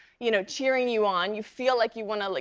you know, cheering you on. you feel like you want to, like,